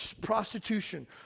prostitution